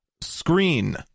screen